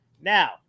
Now